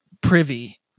privy